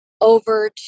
over